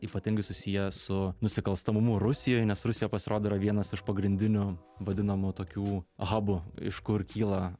ypatingai susiję su nusikalstamumu rusijoj nes rusija pasirodo yra vienas iš pagrindinių vadinamų tokių habų iš kur kyla